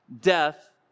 death